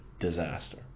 disaster